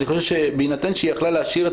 אני חושב שבהינתן שהיא יכלה להשאיר את